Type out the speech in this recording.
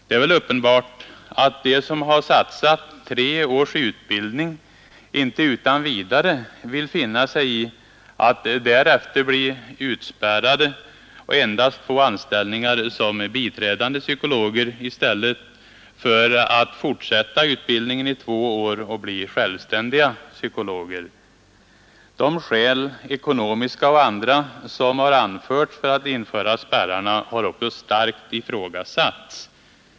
Det är väl uppenbart att de som satsat tre års utbildning inte utan vidare vill finna sig i att därefter bli utspärrade och endast få anställning som biträdande psykologer i stället för att fortsätta utbildningen i två år och bli självständiga psykologer. De skäl — ekonomiska och andra — som anförts för att införa spärrarna har också starkt ifrågasatts.